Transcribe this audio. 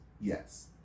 yes